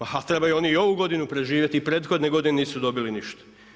A trebaju oni i ovu godinu preživjeti i prethodne godine nisu dobili ništa.